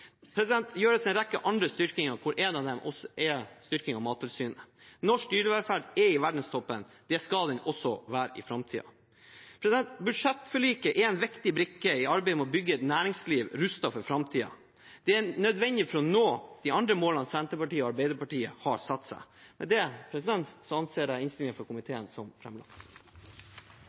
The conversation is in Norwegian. gjøres også en rekke andre styrkinger, hvor en av dem er styrking av Mattilsynet. Norsk dyrevelferd er i verdenstoppen. Det skal den også være i framtiden. Budsjettforliket er en viktig brikke i arbeidet med å bygge et næringsliv rustet for framtiden. Det er nødvendig for å nå de andre målene Senterpartiet og Arbeiderpartiet har satt seg. Med det anser jeg innstillingen fra komiteen som